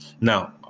Now